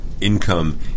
income